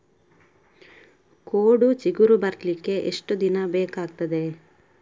ಕೋಡು ಚಿಗುರು ಬರ್ಲಿಕ್ಕೆ ಎಷ್ಟು ದಿನ ಬೇಕಗ್ತಾದೆ?